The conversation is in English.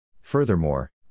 Furthermore